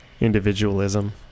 individualism